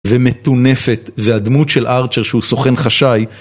ומתונפת והדמות של ארצ'ר שהוא סוכן חשאי